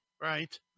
Right